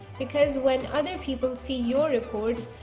because when other people see your reports.